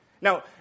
Now